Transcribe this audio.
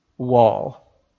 wall